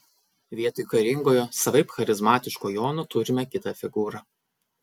vietoj karingojo savaip charizmatiško jono turime kitą figūrą